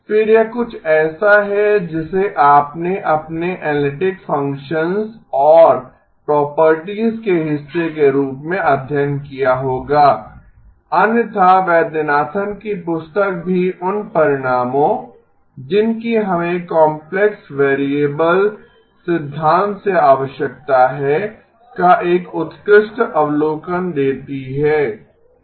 फिर यह कुछ ऐसा है जिसे आपने अपने एनालिटिक फ़ंक्शंस और प्रॉपर्टीज़ के हिस्से के रूप में अध्ययन किया होगा अन्यथा वैद्यनाथन की पुस्तक भी उन परिणामों जिनकी हमे काम्प्लेक्स वेरिएबल सिद्धांत से आवश्यकता है का एक उत्कृष्ट अवलोकन देती है ठीक है